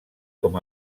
com